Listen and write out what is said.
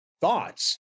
thoughts